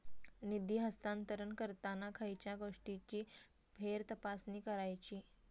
निधी हस्तांतरण करताना खयच्या गोष्टींची फेरतपासणी करायची?